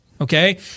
okay